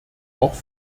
auch